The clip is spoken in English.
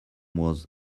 was